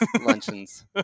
luncheons